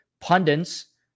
pundits